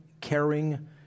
caring